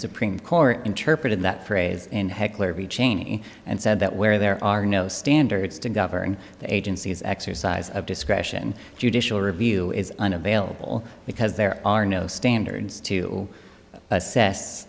supreme court interpreted that phrase in heckler every chaney and said that where there are no standards to govern the agencies exercise of discretion judicial review is unavailable because there are no standards to assess